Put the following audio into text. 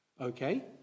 okay